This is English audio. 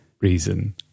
reason